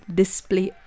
display